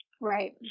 Right